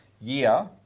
year